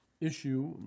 issue